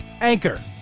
Anchor